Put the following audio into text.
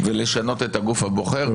ולשנות את הגוף הבוחר -- תודה.